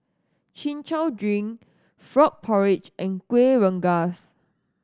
Chin Chow drink frog porridge and Kueh Rengas